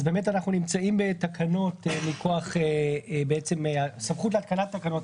אז באמת אנחנו נמצאים בתקנות מכוח הסמכות להתקנת תקנות